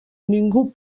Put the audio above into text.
ningú